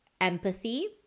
empathy